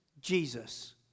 Jesus